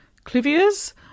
clivias